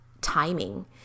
timing